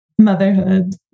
Motherhood